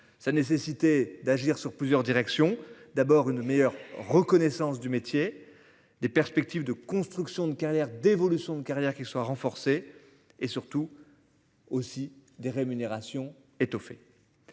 sa nécessité d'agir sur plusieurs directions d'abord une meilleure reconnaissance du métier. Des perspectives de constructions de carrière d'évolution de carrière qui soient renforcées et surtout. Aussi des rémunérations étoffer.